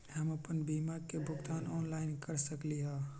हम अपन बीमा के भुगतान ऑनलाइन कर सकली ह?